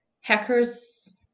hackers